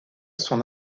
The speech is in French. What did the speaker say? son